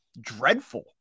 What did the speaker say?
dreadful